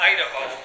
Idaho